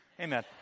Amen